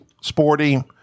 sporty